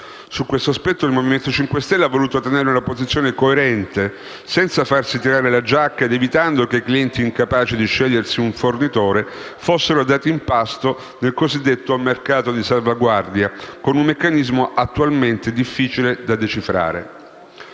Su questo aspetto il Movimento 5 Stelle ha voluto tenere una posizione coerente senza farsi tirare la giacca ed evitando che i clienti incapaci di scegliersi un fornitore fossero dati in pasto nel cosiddetto mercato di salvaguardia, con un meccanismo attualmente difficile da decifrare.